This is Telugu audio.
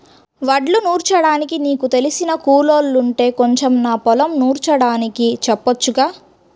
వడ్లు నూర్చడానికి నీకు తెలిసిన కూలోల్లుంటే కొంచెం నా పొలం నూర్చడానికి చెప్పొచ్చుగా